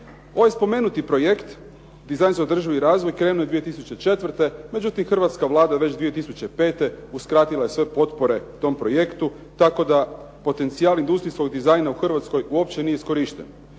Ovaj spomenuti projekt, dizajn za održivi razvoj krenuo je 2004., međutim hrvatska Vlada već 2005. uskratila je sve potpore tom projektu tako da potencijal industrijskog dizajna u Hrvatskoj uopće nije iskorišten.